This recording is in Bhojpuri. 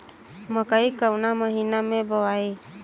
मकई कवना महीना मे बोआइ?